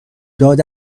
داد